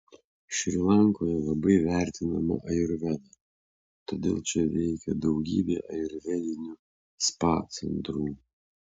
šri lankoje labai vertinama ajurveda todėl čia veikia daugybė ajurvedinių spa centrų